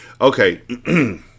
Okay